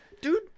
Dude